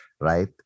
right